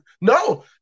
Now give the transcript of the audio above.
no